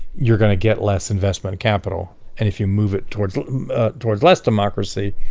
you're gonna get less investment of capital, and if you move it towards towards less democracy,